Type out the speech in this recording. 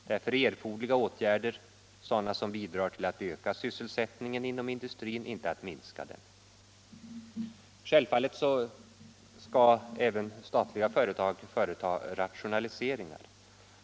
Därför är sådana åtgärder erforderliga som bidrar till att öka sysselsättningen inom industrin och inte att minska den. Självfallet skall även statliga företag göra rationaliseringar.